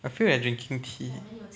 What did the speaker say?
I feel like drinking tea